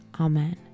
Amen